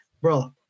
bro